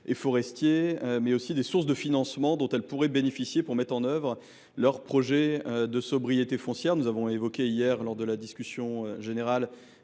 en va de même pour les sources de financement dont elles pourraient bénéficier pour mettre en œuvre leurs projets de sobriété foncière. Comme nous l’avons évoqué hier, lors de la discussion générale,